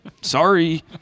Sorry